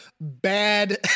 bad